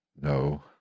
No